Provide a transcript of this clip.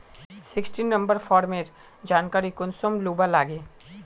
Sixteen number farmer जानकारी कुंसम लुबा लागे?